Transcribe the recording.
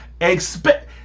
Expect